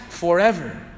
forever